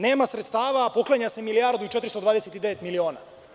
Nema sredstava, a poklanja se milijardu i 429 miliona.